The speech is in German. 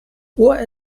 hoher